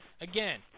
again